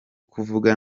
kuvuga